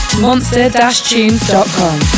Monster-Tunes.com